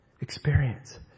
experience